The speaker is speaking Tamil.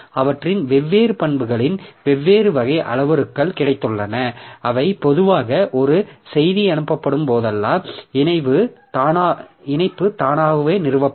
அவற்றின் வெவ்வேறு பண்புகளின் வெவ்வேறு வகை அளவுருக்கள் கிடைத்துள்ளன அவை பொதுவாக ஒரு செய்தி அனுப்பப்படும் போதெல்லாம் இணைப்பு தானாகவே நிறுவப்படும்